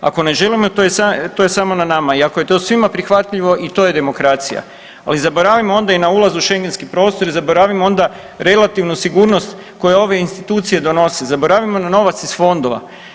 Ako ne želimo, to je samo na nama i ako je to svima prihvatljivo, i to je demokracija, ali zaboravimo onda i na ulaz u šengenski prostor i zaboravimo onda relativnu sigurnost koje ove institucije donose, zaboravimo na novac iz fondova.